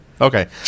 Okay